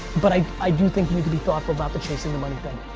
but i i do think you'd be thoughtful about the chasing the money thing.